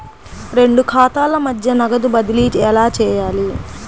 రెండు ఖాతాల మధ్య నగదు బదిలీ ఎలా చేయాలి?